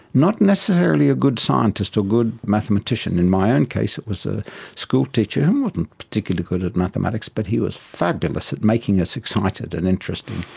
not necessarily a good scientist scientist or good mathematician. in my own case it was a schoolteacher who wasn't particularly good at mathematics but he was fabulous at making us excited and interested,